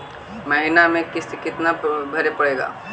महीने में किस्त कितना भरें पड़ेगा?